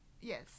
Yes